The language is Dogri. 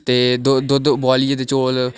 ते दुद्ध उबलियै ते चौल